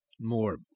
More